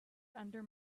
under